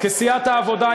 סיעת העבודה,